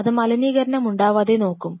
അത് മലിനീകരണം ഉണ്ടാവാതെ നോക്കും